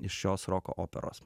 iš šios roko operos